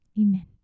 Amen